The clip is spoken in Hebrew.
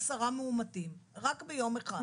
עשרה מאומתים רק ביום אחד.